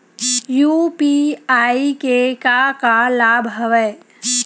UPI के का का लाभ हवय?